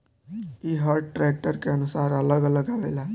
ई हर ट्रैक्टर के अनुसार अलग अलग आवेला